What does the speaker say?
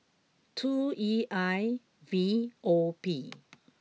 two E I V O P